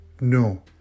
no